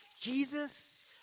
Jesus